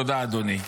תודה, אדוני.